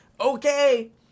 Okay